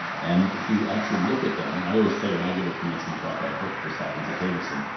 and if you actually look at them, i always say, when i give a commencement talk, i hope this happens at davidson,